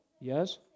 Yes